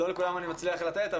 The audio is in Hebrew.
לא לכולם אני מצליח לתת.